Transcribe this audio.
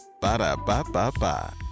Ba-da-ba-ba-ba